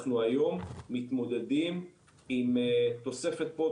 אנחנו היום מתמודדים עם תוספת פה,